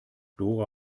dora